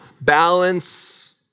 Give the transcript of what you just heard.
balance